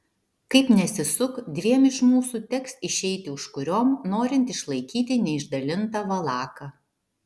kaip nesisuk dviem iš mūsų teks išeiti užkuriom norint išlaikyti neišdalintą valaką